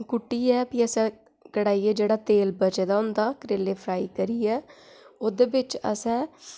कुट्टियै भी असें कढ़ाइयै जेह्ड़ा तेल बचे दा होंदा तेलै च फ्राई करियै ओह्दे बिच असें